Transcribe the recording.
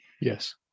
Yes